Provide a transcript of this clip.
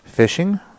Fishing